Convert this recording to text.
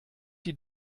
die